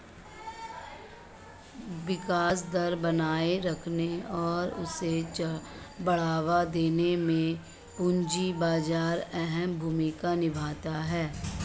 विकास दर बनाये रखने और उसे बढ़ावा देने में पूंजी बाजार अहम भूमिका निभाता है